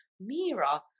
Mira